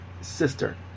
sister